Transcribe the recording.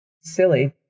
silly